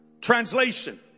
Translation